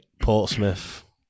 Portsmouth